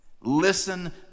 Listen